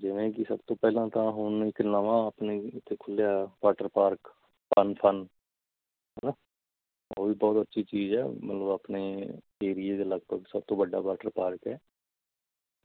ਜਿਵੇਂ ਕਿ ਸਭ ਤੋਂ ਪਹਿਲਾਂ ਤਾਂ ਹੁਣ ਇੱਕ ਨਵਾਂ ਆਪਣੇ ਇੱਥੇ ਖੁੱਲਿਆ ਵਾਟਰ ਪਾਰਕ ਪਨਫਨ ਹੈ ਨਾ ਉਹ ਵੀ ਬਹੁਤ ਅੱਛੀ ਚੀਜ਼ ਹੈ ਮਤਲਬ ਆਪਣੇ ਏਰੀਏ ਦੇ ਲਗਭਗ ਸਭ ਤੋਂ ਵੱਡਾ ਵਾਟਰ ਪਾਰਕ ਹੈ